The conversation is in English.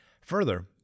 Further